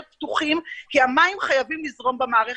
פתוחים כי המים חייבים לזרום במערכת.